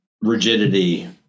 rigidity